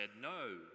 no